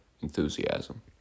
enthusiasm